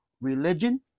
Religion